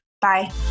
Bye